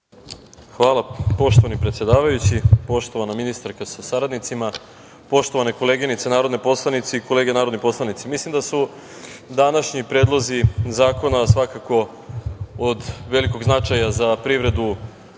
poštovani predsedavajući. Poštovana ministarka sa saradnicima, poštovane koleginice narodne poslanice i kolege narodni poslanici, mislim da su današnji predlozi zakona svakako od velikog značaja za privredu